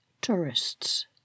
tourists